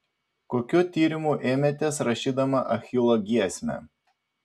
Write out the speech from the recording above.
kokių tyrimų ėmėtės rašydama achilo giesmę